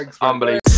Unbelievable